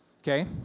Okay